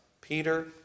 Peter